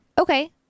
Okay